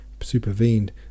supervened